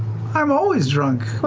i'm always drunk,